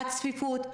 הצפיפות,